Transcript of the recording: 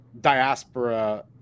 diaspora